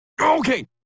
okay